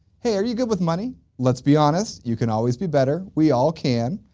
hey, are you good with money? let's be honest, you can always be better, we all can.